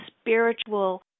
spiritual